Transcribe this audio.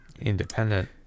independent